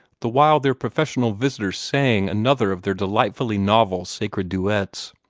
the while their professional visitors sang another of their delightfully novel sacred duets.